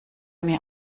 mir